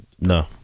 No